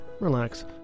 relax